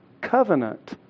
covenant